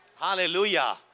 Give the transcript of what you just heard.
Hallelujah